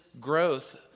growth